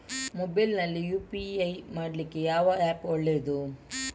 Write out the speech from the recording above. Mobile ನಲ್ಲಿ UPI ಮಾಡ್ಲಿಕ್ಕೆ ಯಾವ ಆ್ಯಪ್ ಒಳ್ಳೇದು?